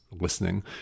listening